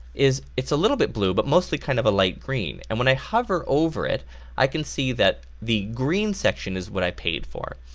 it's a little bit blue but mostly kind of a light green, and when i hover over it i can see that the green section is what i paid for.